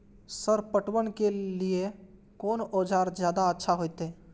Sir पटवन के लीऐ कोन औजार ज्यादा अच्छा होते?